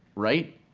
right?